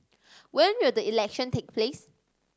when will the election take place